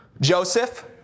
Joseph